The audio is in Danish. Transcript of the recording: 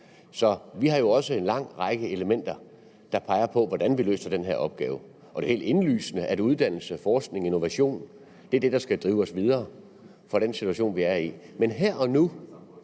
Så vi har jo også en lang række elementer, der peger på, hvordan vi løser den her opgave. Det er helt indlysende, at uddannelse, forskning og innovation er det, der skal drive os videre fra den situation, vi er i.